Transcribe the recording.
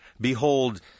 Behold